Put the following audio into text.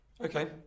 Okay